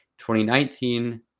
2019